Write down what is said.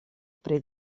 pri